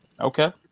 okay